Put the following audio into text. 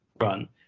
run